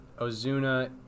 Ozuna